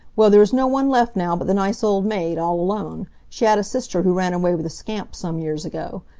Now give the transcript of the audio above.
well, there's no one left now but the nice old maid, all alone. she had a sister who ran away with a scamp some years ago.